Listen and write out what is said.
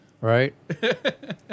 right